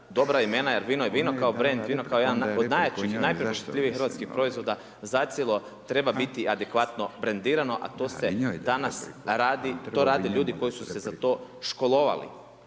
dobra imena jer vino je vino kao brand vino kao jedan od najjačih .../Govornici govore istovremeno, ne razumije se./... hrvatskih proizvoda zacjelo treba biti adekvatno brendirano, a to se danas radi, to rade ljudi koji su se za to školovali.